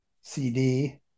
CD